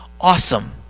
Awesome